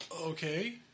okay